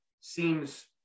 seems